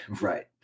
right